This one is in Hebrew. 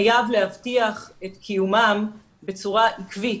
חייב להבטיח את קיומם בצורה עקבית,